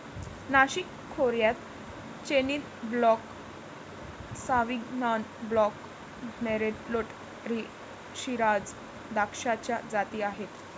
नाशिक खोऱ्यात chenin blanc, sauvignon blanc, merlot, shiraz द्राक्षाच्या जाती आहेत